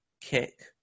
Kick